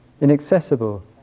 Inaccessible